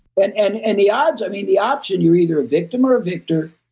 but and and the odds, i mean, the option, you're either a victim or a victor,